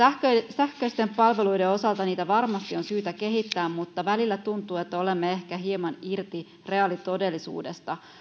sähköisten palveluiden osalta niitä varmasti on syytä kehittää mutta välillä tuntuu että olemme ehkä hieman irti reaalitodellisuudesta